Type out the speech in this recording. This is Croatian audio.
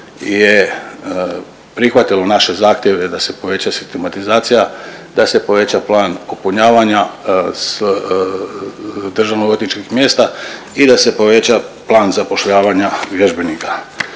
je prihvatilo naše zahtjeve da se poveća sistematizacija, da se poveća plan popunjavanja državno-odvjetničkih mjesta i da se poveća plan zapošljavanja vježbenika.